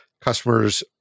customers